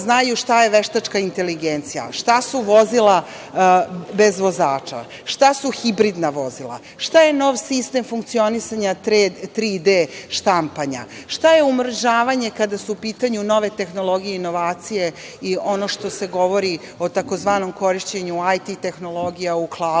šta je veštačka inteligencija, šta su vozila bez vozača, šta su hibridna vozila, šta je nov sistem funkcionisanja 3D štampanja, šta je umrežavanje kada su u pitanju nove tehnologije i inovacije i ono što se govori o tzv. korišćenju IT tehnologija u „klaudu“,